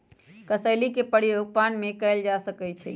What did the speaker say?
कसेली के प्रयोग पान में कएल जाइ छइ